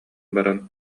баран